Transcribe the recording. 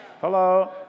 Hello